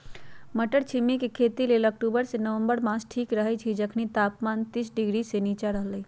मट्टरछिमि के खेती लेल अक्टूबर से नवंबर मास ठीक रहैछइ जखनी तापमान तीस डिग्री से नीचा रहलइ